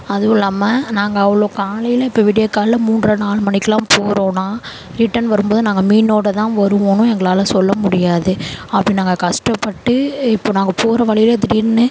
அதுவும் இல்லாமல் நாங்கள் அவ்வளோ காலையிலே இப்போ விடியகாலையில் மூன்றரை நாலு மணிக்கெல்லாம் போகிறோம்னா ரிட்டர்ன் வரும்போது நாங்கள் மீனோடுதான் வருவோனும் எங்களால் சொல்லமுடியாது அப்படி நாங்கள் கஷ்டப்பட்டு இப்போது நாங்கள் போகிற வழியில திடீரென்னு